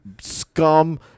scum